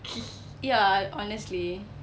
ya honestly